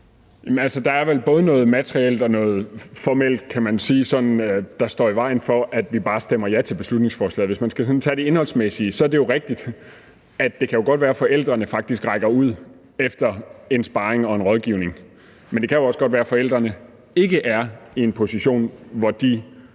både noget materielt og noget formelt, kan man sige, der står i vejen for, at vi bare stemmer ja til beslutningsforslaget. Hvis man skal tage det indholdsmæssige, er det jo rigtigt, at det godt kan være, at forældrene faktisk rækker ud efter en sparring og rådgivning, men det kan også godt være, at forældrene ikke er i en position, hvor de